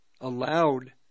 allowed